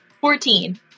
Fourteen